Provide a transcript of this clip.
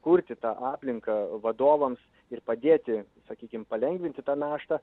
kurti tą aplinką vadovams ir padėti sakykim palengvinti tą naštą